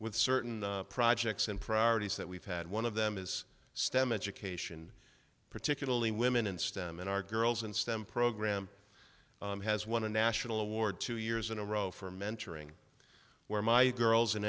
with certain projects and priorities that we've had one of them is stem education particularly women in stem in our girls in stem program has won a national award two years in a row for mentoring where my girls in